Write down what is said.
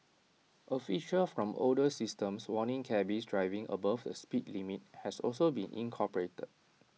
A feature from older systems warning cabbies driving above the speed limit has also been incorporated